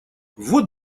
вот